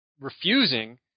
refusing